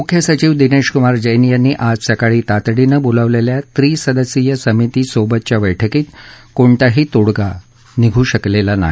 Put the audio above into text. मुख्य सचिव दिनेश कुमार जैन यांनी आज सकाळी तातडीनं बोलावलेल्या त्रिसदस्यीय समिती सोबतच्या बैठकीत कोणताही तोडगा निघू शकला नाही